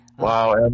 Wow